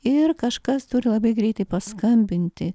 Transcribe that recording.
ir kažkas turi labai greitai paskambinti